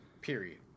period